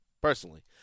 personally